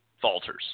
falters